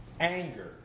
anger